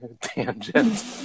tangent